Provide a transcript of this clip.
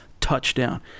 touchdown